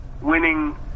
winning